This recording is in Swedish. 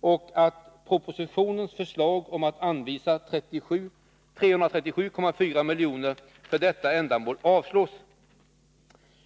och att propositionens förslag om att anvisa 337,4 miljoner för detta ändamål avslås.